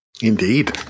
Indeed